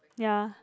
ya